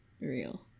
real